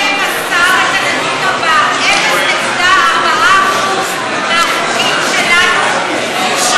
מרכז המחקר והמידע מסר את הנתון הבא: 0.4% מהחוקים שלנו מאושרים,